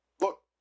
look